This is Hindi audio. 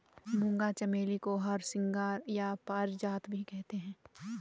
मूंगा चमेली को हरसिंगार या पारिजात भी कहते हैं